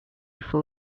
full